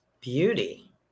Beauty